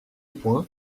poing